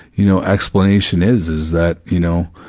you know, explanation is, is that, you know,